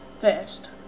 first